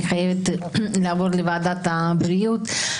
אני חייבת לעבור לוועדת הבריאות.